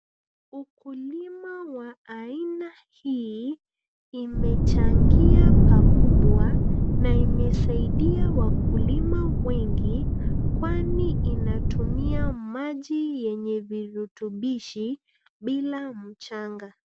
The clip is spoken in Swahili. Ukulima wa aina hii imechangia pakubwa na imesaidia wakulima wengi kwani inatumia maji yenye virutubishi bila mchanga.